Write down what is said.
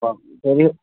अब फेरि